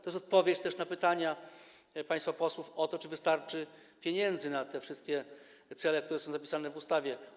To jest odpowiedź też na pytania państwa posłów o to, czy wystarczy pieniędzy na te wszystkie cele, które są zapisane w ustawie.